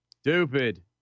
Stupid